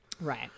Right